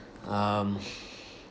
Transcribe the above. um